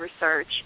research